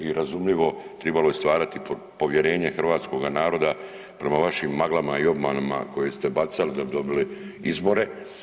I razumljivo, trebalo je stvarati povjerenje hrvatskoga naroda prema vašim maglama i obmanama koje ste bacali da bi dobili izbore.